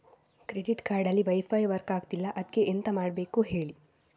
credit card ಅಲ್ಲಿ wifi work ಆಗ್ತಿಲ್ಲ ಅದ್ಕೆ ಎಂತ ಮಾಡಬೇಕು ಹೇಳಿ